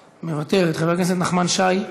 מוותרת, חבר הכנסת נחמן שי,